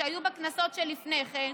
שהיו בכנסות שלפני כן,